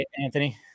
Anthony